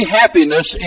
happiness